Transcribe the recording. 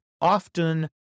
often